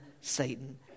Satan